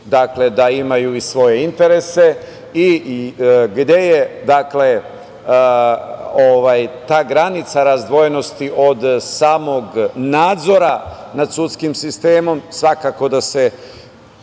znači da imaju i svoje interese i gde je ta granica razdvojenosti od samog nadzora nad sudskim sistemom, svakako da je